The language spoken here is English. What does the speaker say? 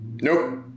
Nope